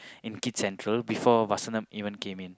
in Kids-Central before Vasantham even came in